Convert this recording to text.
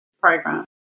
program